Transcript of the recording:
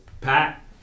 Pat